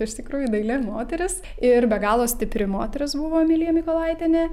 iš tikrųjų daili moteris ir be galo stipri moteris buvo emilija mykolaitienė